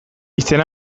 izena